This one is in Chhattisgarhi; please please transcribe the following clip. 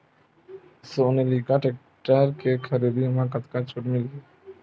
सोनालिका टेक्टर के खरीदी मा कतका छूट मीलही?